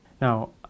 Now